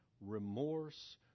remorse